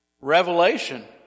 revelation